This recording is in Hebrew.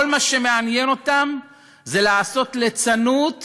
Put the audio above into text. כל מה שמעניין אותם זה לעשות ליצנות מהיהדות,